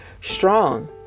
strong